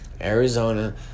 arizona